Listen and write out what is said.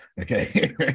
okay